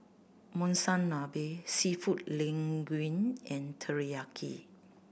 Monsunabe Seafood Linguine and Teriyaki